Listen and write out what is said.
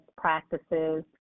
practices